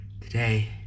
Today